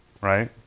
Right